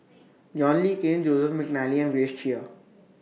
John Le Cain Joseph Mcnally and Grace Chia